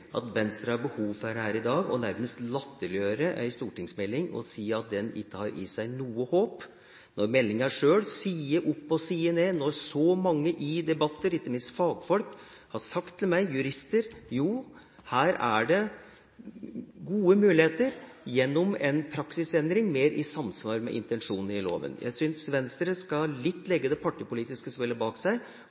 at Venstre har behov for her i dag nærmest å latterliggjøre en stortingsmelding og si at den ikke har i seg noe håp, når meldinga sjøl sier, side opp og side ned – og når så mange i debatter, ikke minst fagfolk, jurister, har sagt til meg – at her er det gode muligheter gjennom en praksisendring mer i samsvar med intensjonen i loven. Jeg syns Venstre skal legge det partipolitiske spillet litt bak seg